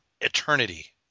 eternity